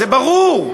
זה ברור.